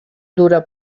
dura